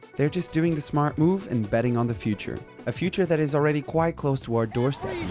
they're just doing the smart move and betting on the future. a future that is already quite close to our doorstep,